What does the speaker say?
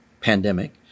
pandemic